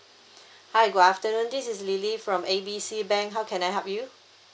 hi good afternoon this is lily from A B C bank how can I help you